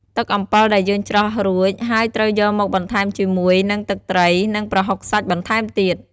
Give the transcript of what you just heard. ទឹកអំំពិលដែរយើងច្រោះរូចហើយត្រូវយកមកបន្ថែមជាមួយនឹង ទឹកត្រី និង ប្រហុកសាច់បន្ថែមទៀត។